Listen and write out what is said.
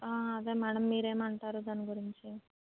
అదే మేడమ్ మీరు ఏమంటారు దాని గురించి